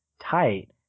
tight